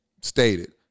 stated